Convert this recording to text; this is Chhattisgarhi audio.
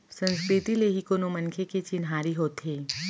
संस्कृति ले ही कोनो मनखे के चिन्हारी होथे